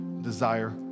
desire